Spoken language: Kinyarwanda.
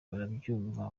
barabyumva